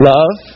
Love